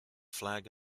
flag